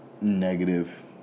negative